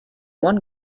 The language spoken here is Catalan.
món